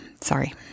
sorry